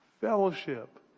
fellowship